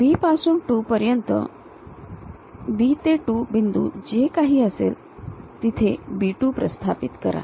B पासून 2 पर्यंत B ते 2 बिंदू जे काही असेल तिथे B 2 बिंदू प्रस्थापित करा